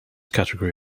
category